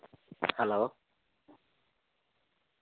hello